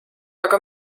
aga